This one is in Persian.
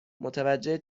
متوجه